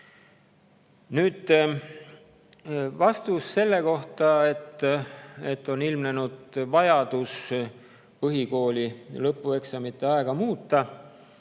Nüüd, vastuses [kõlas], et on ilmnenud vajadus põhikooli lõpueksamite aega muuta.